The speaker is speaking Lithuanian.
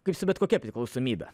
kaip su bet kokia priklausomybe